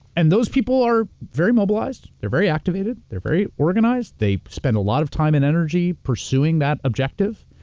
and those people are very mobilized, they're very activated, they're very organized, they spend a lot of time and energy pursuing that objective.